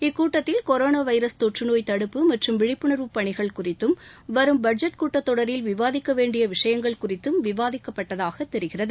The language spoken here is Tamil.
இக்கூட்டத்தில் கொரோனா வைரஸ் தொற்று நோய் தடுப்பு மற்றும் விழிப்புணர்வு பணிகள் குறித்தும் வரும் பட்ஜெட் கூட்டத்தொடரில் விவாதிக்க வேண்டிய விஷயங்கள் குறித்தும் விவாதிக்கப்பட்டதாக கெரிகிறகு